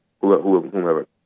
Whoever